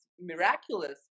miraculous